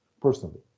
personally